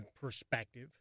perspective